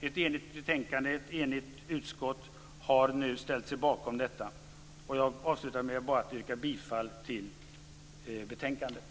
Ett enigt utskott har nu ställt sig bakom detta. Jag avslutar med att yrka bifall till hemställan i betänkandet.